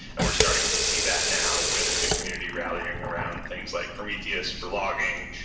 and we're starting to see that now with the community rallying around things like prometheus for logging,